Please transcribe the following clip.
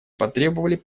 потребовали